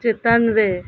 ᱪᱮᱛᱟᱱ ᱨᱮ